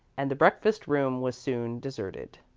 and the breakfast-room was soon deserted.